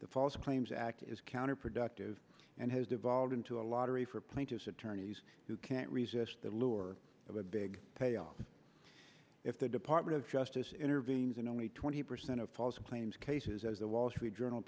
the false claims act is counterproductive and has devolved into a lottery for plaintiff's attorneys who can't resist the lure of a big payoff if the department of justice intervenes in only twenty percent of false claims cases as the wall street journal